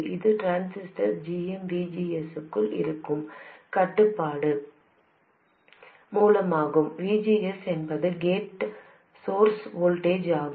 இது transistor gmVGS க்குள் இருக்கும் கட்டுப்பாட்டு மூலமாகும் VGS என்பது கேட் சோர்ஸ் வோல்டேஜ் ஆகும்